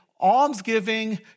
almsgiving